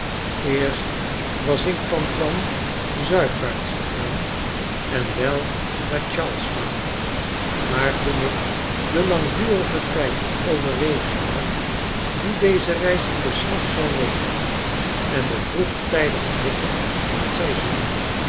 eerst was ik van plan zuidwaarts te gaan en wel naar gharlestown maar toen ik den langdurigen tijd in overweging nam dien deze reis in beslag zou nemen en de vroegtijdige hitte van t seizoen